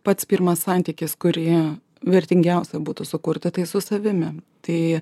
pats pirmas santykis kurioje vertingiausia būtų sukurta tai su savimi tai